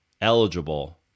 eligible